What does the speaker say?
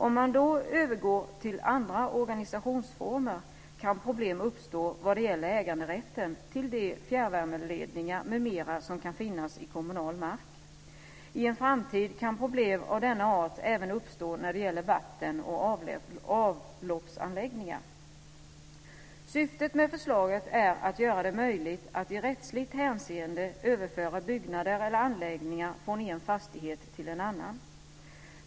Om man övergår till andra organisationsformer kan problem uppstå vad gäller äganderätten till de fjärrvärmeledningar m.m. som kan finnas i kommunal mark. I en framtid kan problem av denna art även uppstå när det gäller vatten och avloppsanläggningar. Syftet med förslagen är att göra det möjligt att i rättsligt hänseende överföra byggnader eller andra anläggningar från en fastighet till en annan.